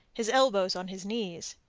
his elbows on his knees.